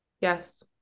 yes